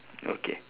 okay